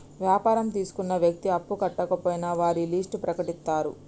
వ్యాపారం తీసుకున్న వ్యక్తి అప్పు కట్టకపోయినా వారి లిస్ట్ ప్రకటిత్తరు